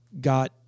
got